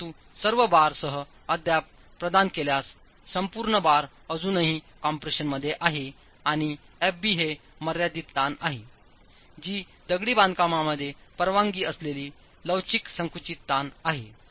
परंतु सर्व बारसह अद्याप प्रदान केल्यास संपूर्ण बार अजूनही कम्प्रेशन मध्ये आहे आणि Fb हे मर्यादित ताण आहे जी दगडी बांधकाम मध्ये परवानगी असलेला लवचिक संकुचित ताण आहे